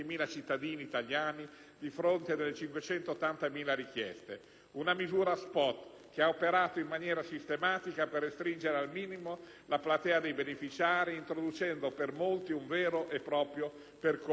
a fronte delle 580.000 richieste. Una misura *spot* del Governo che ha operato in maniera sistematica per restringere al minimo la platea dei beneficiari, introducendo per molti un vero e proprio percorso ad ostacoli.